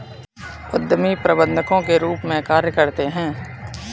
उद्यमी प्रबंधकों के रूप में कार्य करते हैं